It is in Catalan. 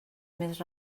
més